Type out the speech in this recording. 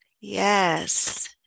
Yes